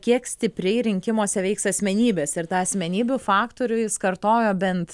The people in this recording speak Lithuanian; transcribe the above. kiek stipriai rinkimuose veiks asmenybės ir tą asmenybių faktorių jis kartojo bent